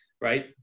Right